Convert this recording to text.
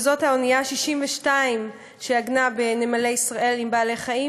וזאת האונייה ה-62 שעגנה בנמלי ישראל עם בעלי-חיים